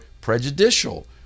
prejudicial